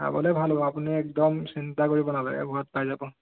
খাবলে ভাল হ'ব আপুনি একদম চিন্তা কৰিব নালাগে সোৱাদ পাই যাব